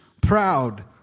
proud